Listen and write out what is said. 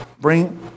Bring